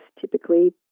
typically